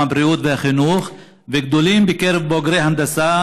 הבריאות והחינוך וגדולים בקרב בוגרי הנדסה,